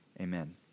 amen